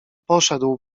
poszedł